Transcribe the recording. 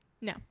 No